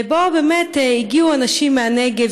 באמת הגיעו אליו אנשים מהנגב.